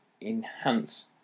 enhance